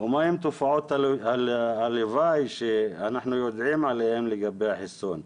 ומהן תופעות הלוואי שאנחנו יודעים עליהן לגבי החיסון?